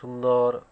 ସୁନ୍ଦର୍